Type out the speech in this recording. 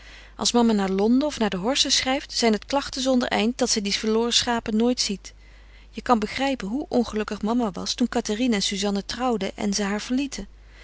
als mama naar londen of naar de horze schrijft zijn het klachten zonder eind dat zij die verloren schapen nooit ziet je kan begrijpen hoe ongelukkig mama was toen cathérine en suzanne trouwden en ze haar verlieten